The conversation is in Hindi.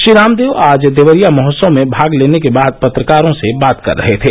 श्री रामदेव आज देवरिया महोत्सव में भाग लेने के बाद पत्रकारों से बात कर रहे थे